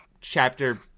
chapter